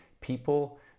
people